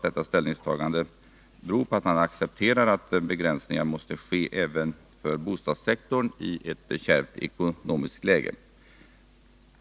Detta ställningstagande måste bero på att man accepterar begränsningar även på bostadssektorn i ett kärvt ekonomiskt läge.